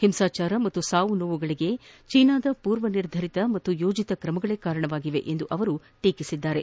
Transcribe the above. ಒಂಸಾಜಾರ ಹಾಗೂ ಸಾವು ನೋವುಗಳಿಗೆ ಚೀನಾದ ಪೂರ್ವ ನಿರ್ಧರಿತ ಹಾಗೂ ಯೋಜತ ಕ್ರಮಗಳೇ ಕಾರಣವಾಗಿವೆ ಎಂದು ಅವರು ತಿಳಿಸಿದ್ದಾರೆ